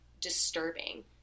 disturbing